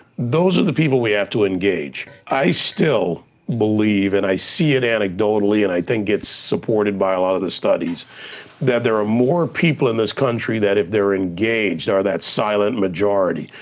those are the people we have to engage. i still believe and i see it anecdotally and i think it's supported by a lot of the studies that there are more people in this country that if they're engaged are that silent majority.